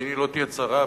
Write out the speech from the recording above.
עיני לא תהיה צרה,